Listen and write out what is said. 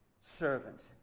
servant